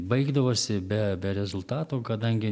baigdavosi be be rezultatų kadangi